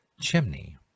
chimney